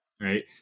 right